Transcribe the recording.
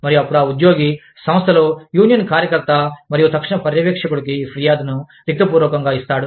మరియు అప్పుడు ఆ ఉద్యోగి సంస్థలో యూనియన్ కార్యకర్త మరియు తక్షణ పర్యవేక్షకుడికి ఫిర్యాదును లిఖితపూర్వకంగా ఇస్తాడు